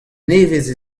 nevez